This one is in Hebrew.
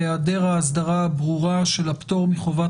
להיעדר ההסדרה ברורה של הפטור מחובת